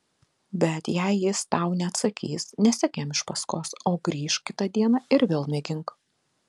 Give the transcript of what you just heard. bet jei jis tau neatsakys nesek jam iš paskos o grįžk kitą dieną ir vėl mėgink